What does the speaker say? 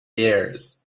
years